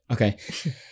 Okay